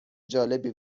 جالبی